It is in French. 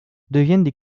deviennent